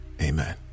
amen